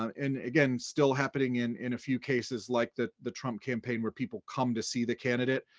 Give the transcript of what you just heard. and again, still happening in in a few cases like the the trump campaign where people come to see the candidate.